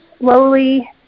slowly